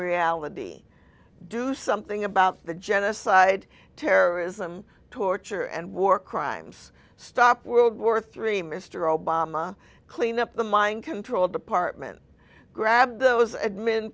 reality do something about the genocide terrorism torture and war crimes stop world war three mr obama clean up the mind control department grab those